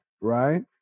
right